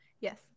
Yes